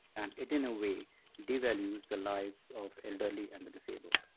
and it in a way devalues the lives of elderly and the disabled.